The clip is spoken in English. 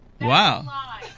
Wow